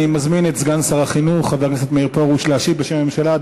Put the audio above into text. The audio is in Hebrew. אני מזמין את סגן שר החינוך חבר הכנסת מאיר פרוש להשיב בשם הממשלה.